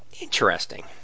Interesting